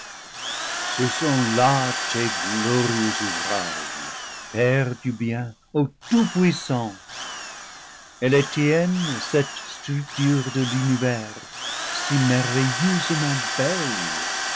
ce sont là tes glorieux ouvrages père du bien ô tout puissant elle est tienne cette structure de l'univers si mer veilleusement belle